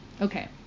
Okay